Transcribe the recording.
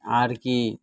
आर की